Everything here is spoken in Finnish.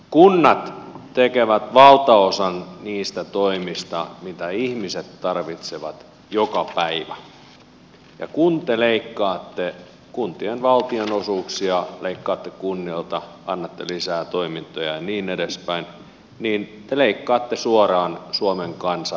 kunnat tekevät valtaosan niistä toimista mitä ihmiset tarvitsevat joka päivä ja kun te leikkaatte kuntien valtionosuuksia leikkaatte kunnilta annatte lisää toimintoja ja niin edespäin niin te leikkaatte suoraan suomen kansan arjesta